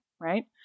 right